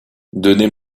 donnez